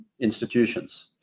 institutions